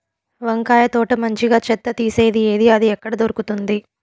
వంకాయ తోట మంచిగా చెత్త తీసేది ఏది? అది ఎక్కడ దొరుకుతుంది?